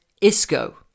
Isco